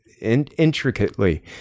intricately